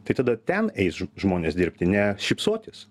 tai tada ten eis žmonės dirbti ne šypsotis